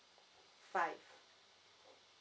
five